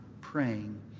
praying